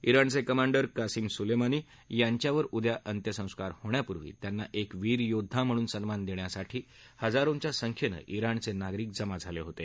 ज्ञाणचे commander Qasem Soleimani यांच्यावर उद्या अंत्यसंस्कार होण्यापूर्वी त्यांना एक वीर योद्धा म्हणून सन्मान देण्यासाठी हजारोंच्या संख्येन जिणचे नागरिक जमा झाले होते